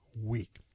week